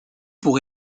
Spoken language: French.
pour